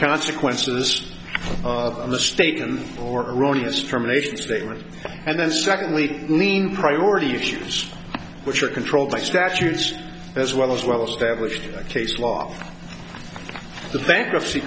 consequences of a mistaken or erroneous termination statement and then secondly lean priority issues which are controlled by statutes as well as well established case law the bankruptcy